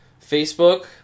Facebook